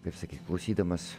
kaip sakyti klausydamas